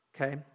Okay